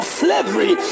slavery